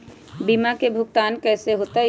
बीमा के भुगतान कैसे होतइ?